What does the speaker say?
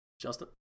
Justin